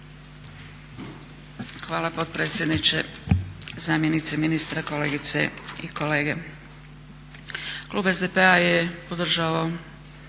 Hvala potpredsjedniče. Zamjeniče ministra, kolegice i kolege. Klub SDP-a je podržao